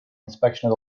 inspection